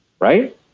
Right